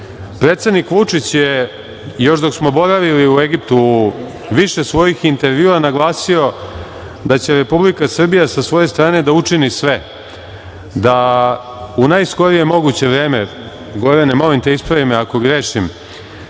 Predsednik Vučić je još dok smo boravili u Egiptu u više svojih intervjua naglasio da će Republika Srbija sa svoje strane da učini sve da u najskorije moguće vreme, Gorane, molim te, ispravi me ako grešim,